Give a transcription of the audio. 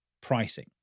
pricing